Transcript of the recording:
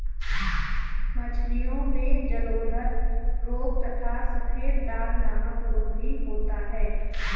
मछलियों में जलोदर रोग तथा सफेद दाग नामक रोग भी होता है